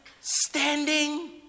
standing